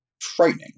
frightening